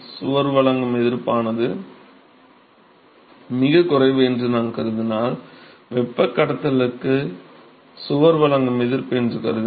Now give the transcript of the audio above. எனவே சுவர் வழங்கும் எதிர்ப்பானது மிகக் குறைவு என்று நான் கருதினால் வெப்பக் கடத்தலுக்கு சுவர் வழங்கும் எதிர்ப்பு என்று கருதினால்